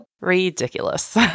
Ridiculous